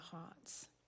hearts